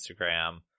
Instagram